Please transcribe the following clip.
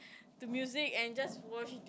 to music and just watch